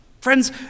Friends